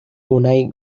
unai